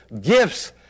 gifts